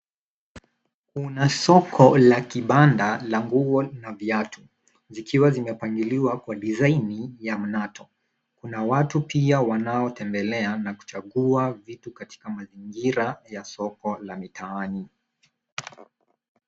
Kuna soko la kibanda la nguo na viatu zikiwa zimepangiliwa kwa dizaini ya mnato. Kuna watu pia wanaotembelea na kuchagua vitu katika mazingira ya soko la mitaani.